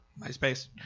MySpace